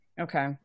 okay